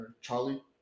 Charlie